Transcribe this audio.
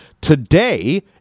Today